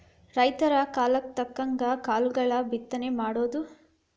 ರೈತರ ಕಾಲಕ್ಕ ತಕ್ಕಂಗ ಕಾಳುಗಳ ಬಿತ್ತನೆ ಮಾಡುದು